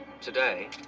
Today